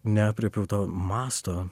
neaprėpiau to masto